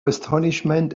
astonishment